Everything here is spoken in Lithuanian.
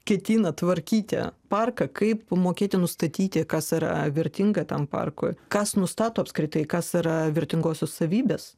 ketina tvarkyti parką kaip mokėti nustatyti kas yra vertinga tam parkui kas nustato apskritai kas yra vertingosios savybės